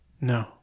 no